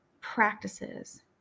practices